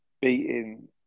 beating